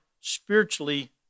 spiritually